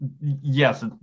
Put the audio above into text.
yes